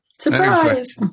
Surprise